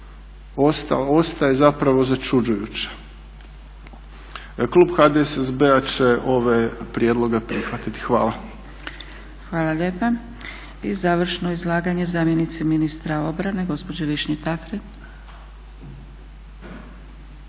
ostaje začuđujuća. Klub HDSSB-a će ove prijedloge prihvatiti. Hvala. **Zgrebec, Dragica (SDP)** Hvala lijepa. I završno izlaganje zamjenice ministra obrane gospođe Višnje Tafre.